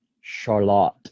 charlotte